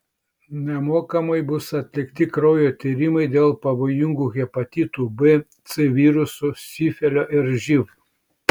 nemokamai bus atlikti kraujo tyrimai dėl pavojingų hepatitų b c virusų sifilio ir živ